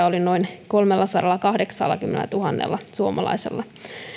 oli noin kolmellasadallakahdeksallakymmenellätuhannella suomalaisella